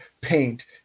paint